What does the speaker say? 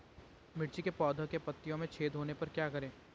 मिर्ची के पौधों के पत्तियों में छेद होने पर क्या करें?